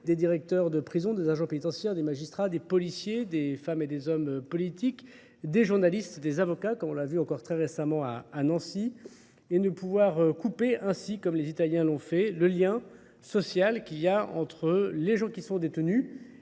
des directeurs de prison, des agents pénitentiaires, des magistrats, des policiers, des femmes et des hommes politiques, des journalistes, des avocats, comme on l'a vu encore très récemment à Nancy, et de pouvoir couper, ainsi comme les Italiens l'ont fait, le lien social qu'il y a entre les gens qui sont détenus